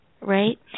right